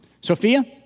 Sophia